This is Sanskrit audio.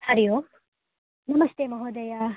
हरि ओम् नमस्ते महोदया